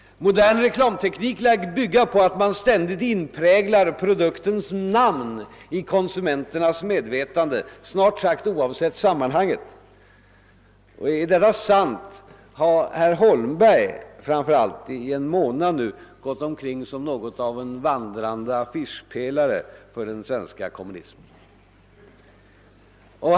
Modern reklamteknik lär bygga på att man ständigt inpräglar produktens namn i konsumenternas medvetande, snart sagt oavsett sammanhanget. Är detta sant har framför allt herr Holmberg nu i en månad gått omkring som något av en vandrande affischpelare för den svenska kommunismen.